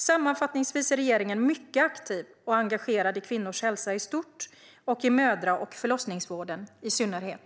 Sammanfattningsvis är regeringen mycket aktiv och engagerad i kvinnors hälsa i stort och i mödra och förlossningsvården i synnerhet.